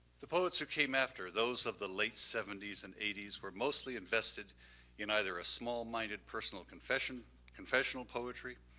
the poets who came after, those of the late seventy s and eighty s were mostly invested in either a small minded personal confession confessional poetry,